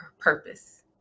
purpose